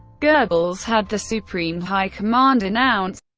goebbels had the supreme high command announce